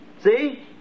See